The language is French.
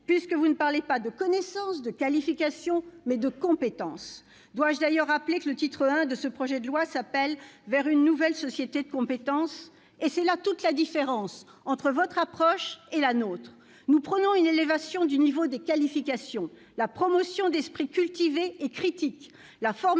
puisque vous ne parlez pas de connaissance et de qualifications, mais de compétences. Dois-je d'ailleurs rappeler que le titre I de ce projet de loi s'intitule « Vers une nouvelle société de compétences »? C'est là toute la différence entre votre approche et la nôtre : nous prônons une élévation du niveau des qualifications, la promotion d'esprits cultivés et critiques, la formation